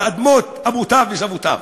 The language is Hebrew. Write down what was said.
על אדמות אבותיו וסבותיו.